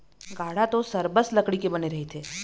गाड़ा तो सरबस लकड़ी के बने रहिथे